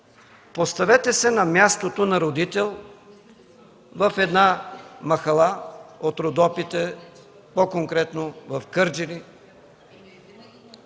Поставете се на мястото на родител в махала от Родопите, по-конкретно в Кърджали,